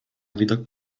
widok